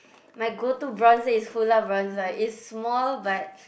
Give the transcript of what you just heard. my go to bronzer is Hoola bronzer is small but